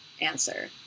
answer